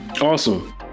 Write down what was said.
awesome